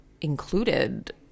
included